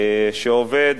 שעובד,